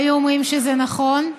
היו אומרים שזה נכון.